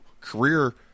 career